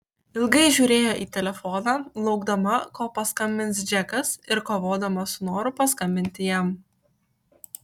ilgai žiūrėjo į telefoną laukdama kol paskambins džekas ir kovodama su noru paskambinti jam